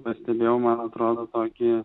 pastebėjau man atrodo tokį